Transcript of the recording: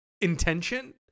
intention